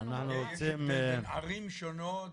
בין ערים שונות,